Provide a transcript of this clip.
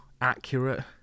accurate